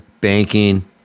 banking